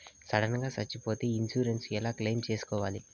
Sudden గా సచ్చిపోతే insurance ఎలా క్లెయిమ్ సేసుకోవాలి?